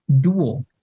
duo